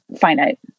finite